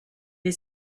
est